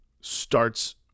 starts